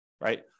Right